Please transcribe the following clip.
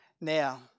now